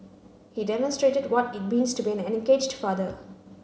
he demonstrated what it means to be an engaged father